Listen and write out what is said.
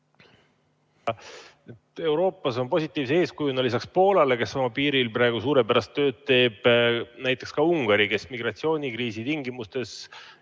Euroopas on positiivse eeskujuna lisaks Poolale, kes oma piiril praegu suurepärast tööd teeb, näiteks ka Ungari, kes migratsioonikriisi tingimustes